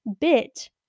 bit